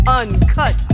uncut